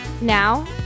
Now